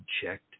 checked